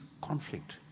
conflict